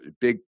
big